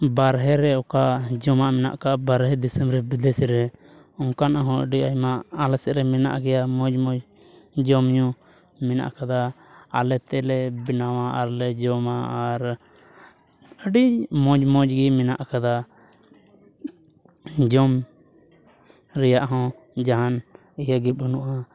ᱵᱟᱨᱦᱮ ᱨᱮ ᱚᱠᱟ ᱡᱚᱢᱟᱜ ᱢᱮᱱᱟᱜ ᱠᱟᱫᱟ ᱵᱟᱦᱨᱮ ᱫᱤᱥᱚᱢ ᱨᱮ ᱵᱤᱫᱮᱥ ᱨᱮ ᱚᱱᱠᱟᱱᱟᱜ ᱦᱚᱸ ᱟᱹᱰᱤ ᱟᱭᱢᱟ ᱟᱞᱮ ᱥᱮᱫ ᱨᱮ ᱢᱮᱱᱟᱜᱼᱟ ᱢᱚᱡᱽ ᱢᱚᱡᱽ ᱡᱚᱢᱼᱧᱩ ᱢᱮᱱᱟᱜ ᱠᱟᱫᱟ ᱟᱞᱮ ᱛᱮᱞᱮ ᱵᱮᱱᱟᱣᱟ ᱡᱚᱢᱟ ᱟᱨ ᱟᱹᱰᱤ ᱢᱚᱡᱽ ᱢᱚᱡᱽ ᱜᱮ ᱢᱮᱱᱟᱜ ᱠᱟᱫᱟ ᱡᱚᱢ ᱨᱮᱭᱟᱜ ᱦᱚᱸ ᱡᱟᱦᱟᱱ ᱤᱭᱟᱹᱜᱮ ᱵᱟᱹᱱᱩᱜᱼᱟ